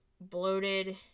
bloated